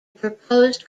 proposed